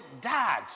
Dad